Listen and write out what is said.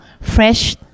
fresh